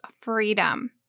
freedom